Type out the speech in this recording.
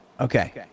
Okay